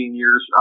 years